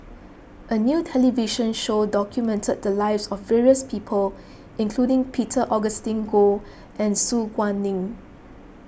a new television show document the lives of various people including Peter Augustine Goh and Su Guaning